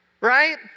Right